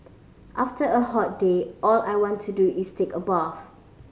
after a hot day all I want to do is take a bath